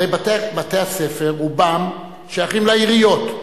הרי רובם של בתי-הספר שייכים לעיריות.